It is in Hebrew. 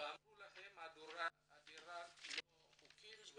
ואמרו לכם שהדירה לא חוקית.